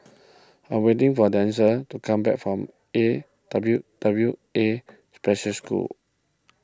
I am waiting for Denzell to come back from A W W A Special School